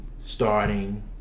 starting